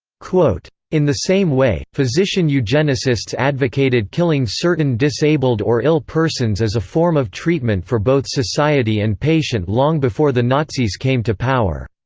in the same way, physician-eugenicists advocated killing certain disabled or ill persons as a form of treatment for both society and patient long before the nazis came to power.